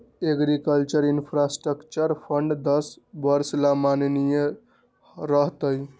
agriculture infrastructure fund दस वर्ष ला माननीय रह तय